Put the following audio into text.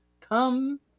Come